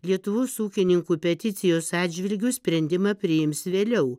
lietuvos ūkininkų peticijos atžvilgiu sprendimą priims vėliau